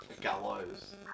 gallows